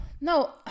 no